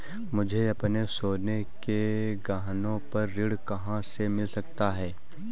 मुझे अपने सोने के गहनों पर ऋण कहाँ से मिल सकता है?